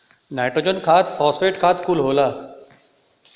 nitrogen खाद phosphate खाद कुल होला